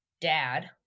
dad